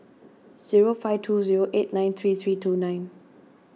zero five two zero eight nine three three two nine